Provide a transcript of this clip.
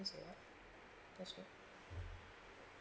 that's good that's right